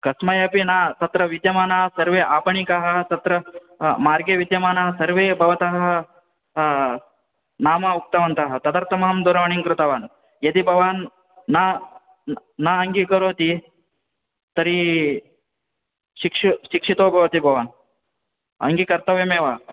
कस्मै अपि न तत्र विद्यमानाः सर्वे आपणिकाः तत्र मार्गे विद्यमानाः सर्वे भवतः नाम उक्तवन्तः तदर्थमहं दूरवाणीं कृतवान् यदि भवान् न न अङ्गीकरोति तर्हि शिक्ष् शिक्षितो भवति भवान् अङ्गीकर्तव्यमेव